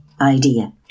idea